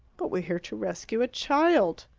but we're here to rescue a child!